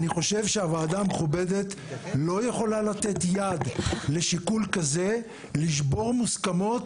אני חושב שהוועדה המכובדת לא יכולה לתת יד לשיקול כזה לשבור מוסכמות